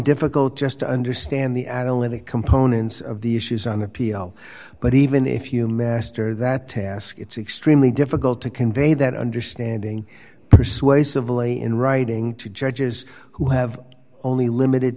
difficult just to understand the adolescent components of the issues on appeal but even if you master that task it's extremely difficult to convey that understanding persuasively in writing to judges who have only limited